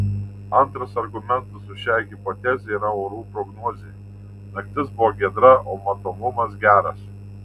antras argumentas už šią hipotezę yra orų prognozė naktis buvo giedra o matomumas geras